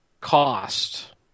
cost